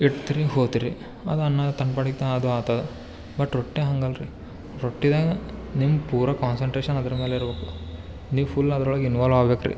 ಇಡ್ತಿರಿ ಹೋಗ್ತಿರಿ ಅದು ಅನ್ನ ತನ್ನಪಾಡಿಗ್ ತಾ ಅದು ಆಗ್ತದ ಬಟ್ ರೊಟ್ಟಿ ಹಂಗೆ ಅಲ್ರಿ ರೊಟ್ಟಿನಾಗ ನಿಮ್ಮ ಪೂರ ಕಾನ್ಸಂಟ್ರೇಶನ್ ಅದ್ರಮೇಲೆ ಇರಬೇಕು ನೀವು ಫುಲ್ ಅದ್ರೊಳಗೆ ಇನ್ವಾಲ್ವ್ ಆಗ್ಬೇಕು ರೀ